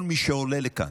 כל מי שעולה לכאן,